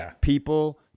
people